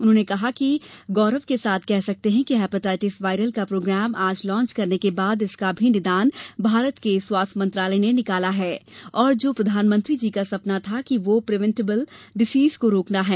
हम गौरव के साथ कह सकते है कि हेपेटाइटिस वायरल का प्रोग्राम आज लांच करने के बाद इसका भी निदान भारत के स्वास्थ्य मंत्रालय ने निकाला है और जो प्रधानमंत्री जी का सपना था कि वह प्रीवेंटिबल डिसीज को रोकना है